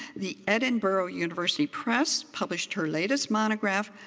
the edinburgh university press published her latest monograph,